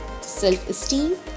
self-esteem